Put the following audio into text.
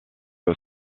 aux